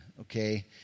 okay